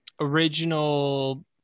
original